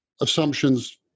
assumptions